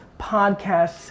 podcasts